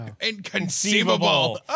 Inconceivable